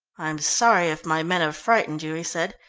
i am sorry if my men have frightened you, he said.